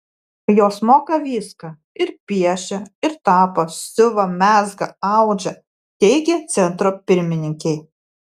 jos moka viską ir piešia ir tapo siuva mezga audžia teigė centro pirmininkė